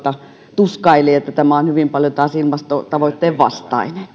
tuskaili että tämä on hyvin paljon taas ilmastotavoitteen vastainen